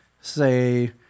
say